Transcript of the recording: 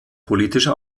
politische